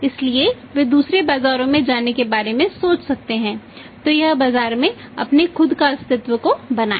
इसलिए वे दूसरे बाजारों में जाने के बारे में सोच सकते हैं तो यह बाजार में अपने खुद के अस्तित्व को बनाएगा